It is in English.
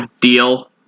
deal